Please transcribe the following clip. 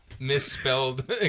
Misspelled